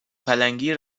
پلنگی